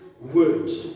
words